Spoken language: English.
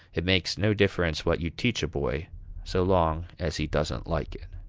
it makes no difference what you teach a boy so long as he doesn't like it.